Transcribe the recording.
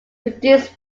produced